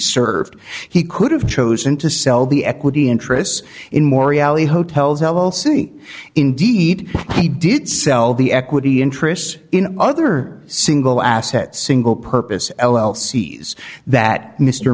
served he could have chosen to sell the equity interests in more reality hotels l l c indeed he did sell the equity interests in other single asset single purpose l l c s that mr